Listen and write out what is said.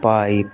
pipe